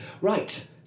right